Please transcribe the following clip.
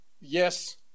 yes